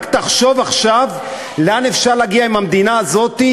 רק תחשוב עכשיו לאן אפשר להגיע עם המדינה הזאת,